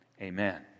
amen